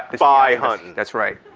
spy hunting. that's right.